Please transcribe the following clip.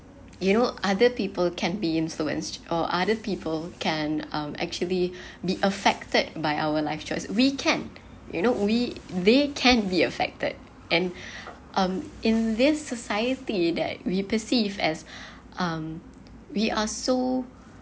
you know other people can be influenced or other people can um actually be affected by our life choice we can you know we they can be affected and um in this society that we perceive as um we are so